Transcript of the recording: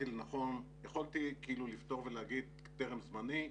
יכולתי לפטור ולהגיד טרם זמני,